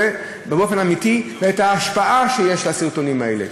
באופן אמיתי ומה ההשפעה שיש לסרטונים האלה.